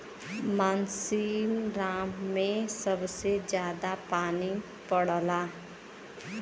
मासिनराम में सबसे जादा पानी पड़ला